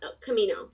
camino